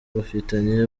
bafitanye